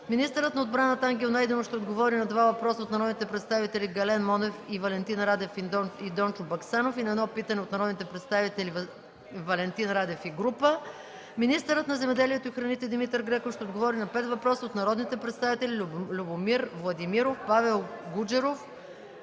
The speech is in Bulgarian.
Министърът на отбраната Ангел Найденов ще отговори на два въпроса от народните представители Гален Монев; и Валентин Радев и Дончо Баксанов, и на едно питане от народните представители Валентин Радев и група народни представители. Министърът на земеделието и храните Димитър Греков ще отговори на пет въпроса от народните представители Любомир Владимиров; Павел Гуджеров;